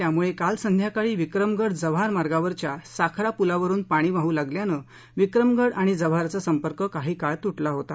त्यामुळे काल संध्याकाळी विक्रमगड जव्हार मार्गावरच्या साखरा पुलावरून पाणी वाह लागल्यानं विक्रमगड आणि जव्हारचा संपर्क काही काळ तुटला होता